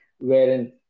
wherein